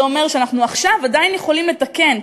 זה אומר שאנחנו עכשיו עדיין יכולים לתקן,